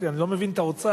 אני לא מבין את האוצר,